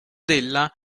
della